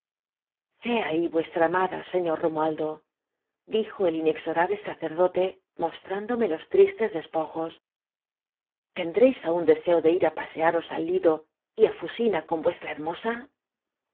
í vuestra a mada señor lomua ido dij o ei inexorable sacerdote mostrándome los tris tes despojos tendréis aún deseo de ir á pasea ros al lido y á fusioa con vuestra hermosa